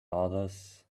others